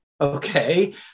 Okay